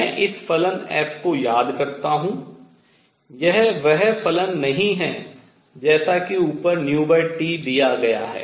मैं इस फलन f को याद करता हूँ यह वह फलन नहीं है जैसा कि ऊपर T दिया गया है